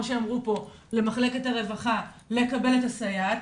שאמרו פה למחלקת הרווחה לקבל את הסייעת,